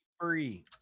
free